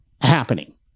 happening